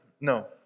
No